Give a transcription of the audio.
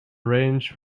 arrange